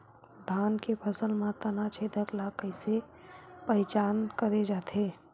धान के फसल म तना छेदक ल कइसे पहचान करे जाथे?